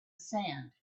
sand